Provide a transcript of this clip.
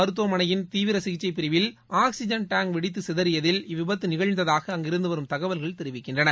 மருத்துவமனையின் தீவிர சிகிச்சை பிரிவில் ஆக்ஸிஜன் டேங்க் வெடித்து சிதறியதில் இவ்விபத்து நிகழ்ந்ததாக அங்கிருந்து வரும் தகவல்கள் தெரிவிக்கின்றன